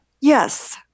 Yes